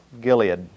Gilead